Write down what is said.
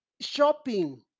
shopping